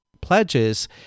pledges